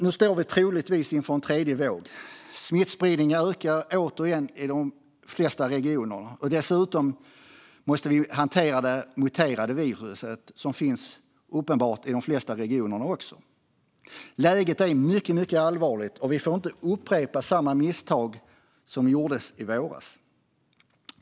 Nu står vi troligtvis inför en tredje våg. Smittspridningen ökar återigen i de flesta regioner. Dessutom måste vi hantera det muterade viruset, som uppenbarligen finns i de flesta regioner. Läget är mycket, mycket allvarligt, och vi får inte upprepa de misstag som gjordes i våras.